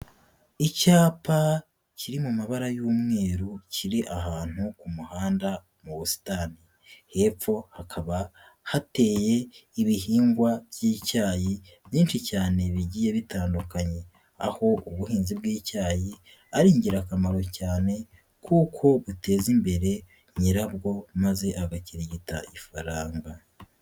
Icyapa kiri mu mabara y'umweru kiri ahantu ku muhanda mu busitani, hepfo hakaba hateye ibihingwa by'icyayi byinshi cyane bigiye bitandukanye, aho ubuhinzi bw'icyayi ari ingirakamaro cyane kuko buteza imbere nyirabwo maze agakirigita ifaranga.